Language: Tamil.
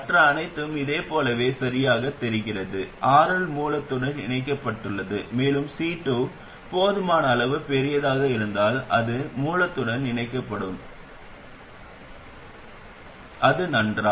மற்ற அனைத்தும் இதைப் போலவே சரியாகத் தெரிகிறது RL மூலத்துடன் இணைக்கப்பட்டுள்ளது மேலும் C2 போதுமான அளவு பெரியதாக இருந்தால் அது மூலத்துடன் இணைக்கப்படும் அது நன்றா